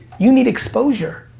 you need exposure.